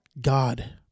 god